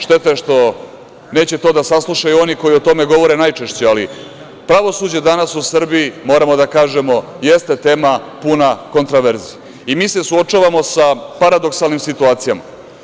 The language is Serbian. Šteta je što neće to da saslušaju oni koji o tome govore najčešće, ali pravosuđe danas u Srbiji, moramo da kažemo, jeste tema puna kontroverzi i mi se suočavamo sa paradoksalnim situacijama.